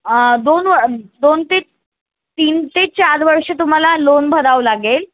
दोन दोन ते तीन ते चार वर्ष तुम्हाला लोन भरावं लागेल